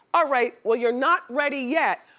ah right, well, you're not ready yet,